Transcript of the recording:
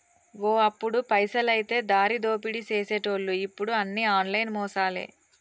ఓ అప్పుడు పైసలైతే దారిదోపిడీ సేసెటోళ్లు ఇప్పుడు అన్ని ఆన్లైన్ మోసాలే